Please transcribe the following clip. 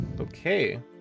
Okay